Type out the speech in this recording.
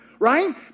Right